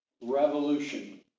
Revolution